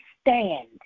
stand